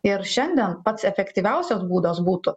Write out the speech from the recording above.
ir šiandien pats efektyviausias būdas būtų